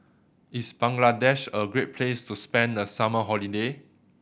is Bangladesh a great place to spend the summer holiday